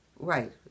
Right